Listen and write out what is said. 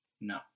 No